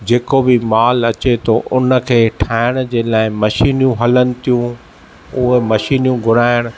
जेको बि मालु अचे तो उन खे ठाहिण जे लाइ मशीनूं हलनि थियूं उहे मशीनूं घुराइण